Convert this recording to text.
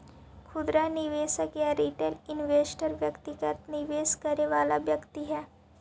खुदरा निवेशक या रिटेल इन्वेस्टर व्यक्तिगत निवेश करे वाला व्यक्ति हइ